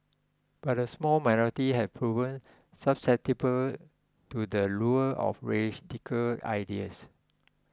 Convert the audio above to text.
but a small have proven susceptible to the lure of radical ideas